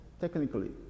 technically